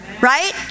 Right